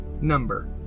number